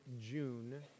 June